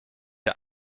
der